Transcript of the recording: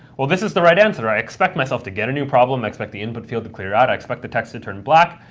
well, this is the right answer. i expect myself to get a new problem. i expect the input field to clear out. i expect the text to turn black.